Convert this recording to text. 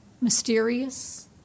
Mysterious